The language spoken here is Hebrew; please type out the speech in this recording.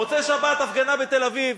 מוצאי-שבת, הפגנה בתל-אביב.